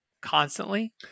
constantly